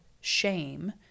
shame